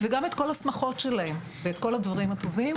וגם את כל השמחות שלהם ואת כל הדברים הטובים,